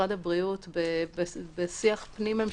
משרד הבריאות בשיח פנים-ממשלתי שהיה לנו.